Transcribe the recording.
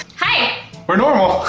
hi we're normal.